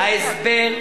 אני אומר לכם את ההסבר.